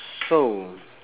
so